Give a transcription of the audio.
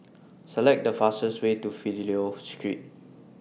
Select The fastest Way to Fidelio Street